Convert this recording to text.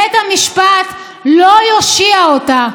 בית המשפט לא יושיע אותה.